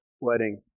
wedding